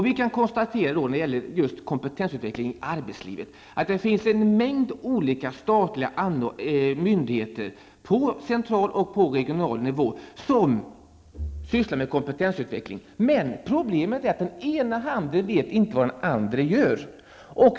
Vi kan konstatera att det finns en mängd olika statliga myndigheter på central och regional nivå som sysslar med kompetensutveckling i arbetslivet. Men problemet är att den ena handen inte vet vad den andra gör.